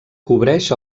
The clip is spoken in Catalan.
cobreix